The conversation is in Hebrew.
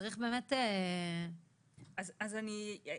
צריך --- המילה "היסטריה"